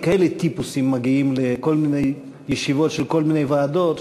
טיפוסים כאלה מגיעים לכל מיני ישיבות של כל מיני ועדות,